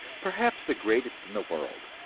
perhaps the greatest in the world,